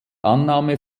annahme